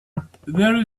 there